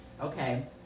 okay